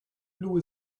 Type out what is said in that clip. lou